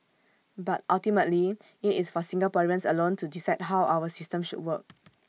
but ultimately IT is for Singaporeans alone to decide how our system should work